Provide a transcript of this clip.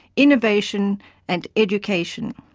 innovation and education.